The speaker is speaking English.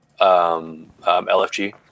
LFG